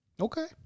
Okay